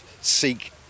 seek